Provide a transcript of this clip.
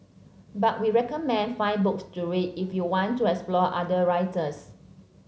but we recommend five books to read if you want to explore other writers